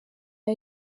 ayo